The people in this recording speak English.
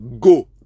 go